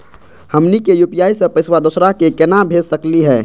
हमनी के यू.पी.आई स पैसवा दोसरा क केना भेज सकली हे?